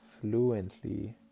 fluently